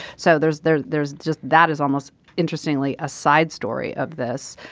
so there's there's there's just that is almost interestingly a side story of this.